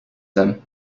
them